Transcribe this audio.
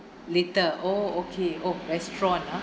later oh okay oh restaurant ah